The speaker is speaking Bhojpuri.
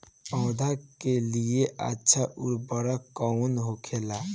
पौधा के लिए अच्छा उर्वरक कउन होखेला?